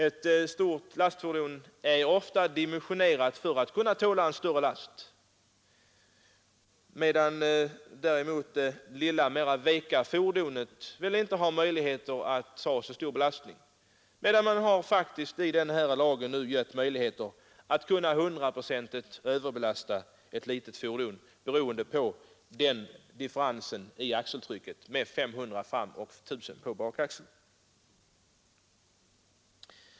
Ett stort lastfordon är ofta dimensionerat för att kunna tåla en större last, medan däremot det lilla, vekare fordonet väl inte klarar så stor lastning. Men man har faktiskt i lagen öppnat möjligheter att hundraprocentigt överbelasta ett litet fordon, beroende på differensen i axeltrycket med 500 kg på framoch 1 000 kg på bakaxeln.